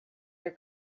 your